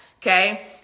Okay